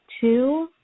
two